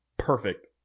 Perfect